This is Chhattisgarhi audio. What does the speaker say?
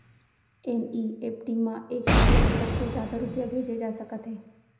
एन.ई.एफ.टी म एक रूपिया ले कतको जादा रूपिया भेजे जा सकत हे